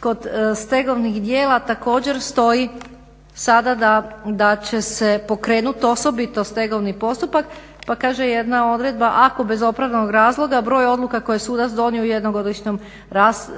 kod stegovnih djela također stoji sada da će se pokrenuti osobito stegovni postupak pa kaže jedna odredba ako bez opravdanog razloga broj odluka koje je sudac donio u jednogodišnjem